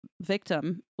victim